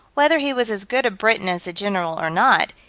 whether he was as good a briton as the general or not,